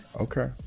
Okay